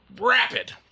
rapid